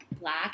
black